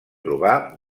trobar